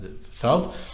felt